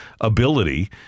ability